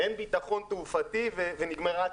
אין ביטחון תעופתי ונגמרה הציונות.